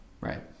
Right